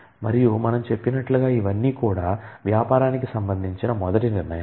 మరియు మనం చెప్పినట్లుగా ఇవన్నీ కూడా వ్యాపారానికి సంబంధించిన మొదటి నిర్ణయాలు